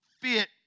fit